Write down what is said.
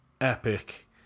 Epic